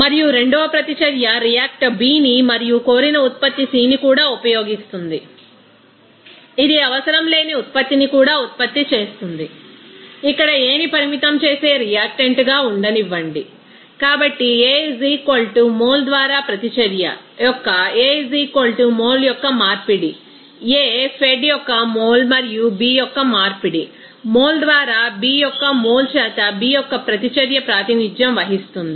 మరియు రెండవ ప్రతిచర్య రియాక్ట్ బి ని మరియు కోరిన ఉత్పత్తి C ని కూడా ఉపయోగిస్తుంది ఇది అవసరం లేని ఉత్పత్తిని కూడా ఉత్పత్తి చేస్తుంది ఇక్కడ A ని పరిమితం చేసే రియాక్టెంట్గా ఉండనివ్వండి కాబట్టి A మోల్ ద్వారా ప్రతిచర్య యొక్క A మోల్ యొక్క మార్పిడి A ఫెడ్ యొక్క మోల్ మరియు B యొక్క మార్పిడి మోల్ ద్వారా B యొక్క మోల్ చేత B యొక్క ప్రతిచర్య ప్రాతినిధ్యం వహిస్తుంది